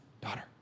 daughter